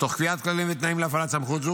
תוך קביעת כללים ותנאים להפעלת סמכות זו,